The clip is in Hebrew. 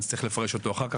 נצטרך לפרש את זה אחר כך.